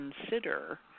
consider